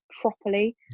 properly